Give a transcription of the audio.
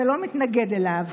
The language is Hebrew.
אתה לא מתנגד לו,